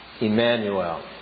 Emmanuel